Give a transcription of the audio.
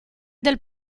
del